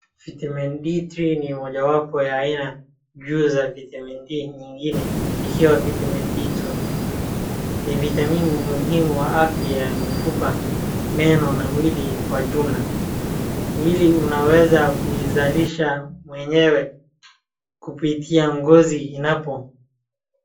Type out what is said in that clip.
Vitamin D3 ni moja wapo ya aina juu za vitam D nyingine, ikiwa Vitamin D2. Ni vitamini muhimu wa afya ya mifupa, meno na mwili kwa jumla. Mwili unaweza kuizalisha mwenyewe kupitia ngozi inapo...